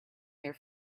here